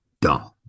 dumb